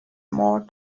more